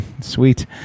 Sweet